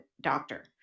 doctor